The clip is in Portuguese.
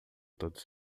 todos